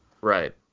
right